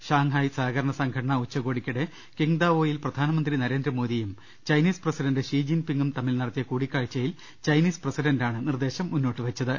Shanghai സഹകരണ സംഘടനാ ഉച്ച ക്കോടിക്കിടെ കിങ്ദാവോയിൽ പ്രധാനമന്ത്രി നരേന്ദ്രമോദിയും ചൈനീസ് പ്രസിഡന്റ് ഷീജിൻപിങും തമ്മിൽ നടത്തിയ കൂടിക്കാഴ്ചയിൽ ചൈനീസ് പ്രസിഡന്റാണ് നിർദേശം മുന്നോട്ടുവെച്ചത്